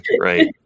Right